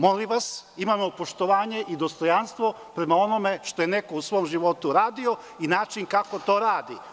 Molim vas, imajmo poštovanje i dostojanstvo prema onome što je neko u svom životu radio i način kako to radi.